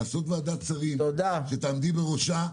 לעשות ועדת שרים שתעמדי בראשה.